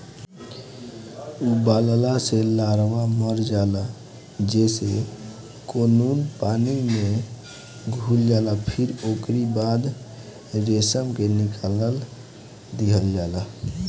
उबालला से लार्वा मर जाला जेसे कोकून पानी में घुल जाला फिर ओकरी बाद रेशम के निकाल लिहल जाला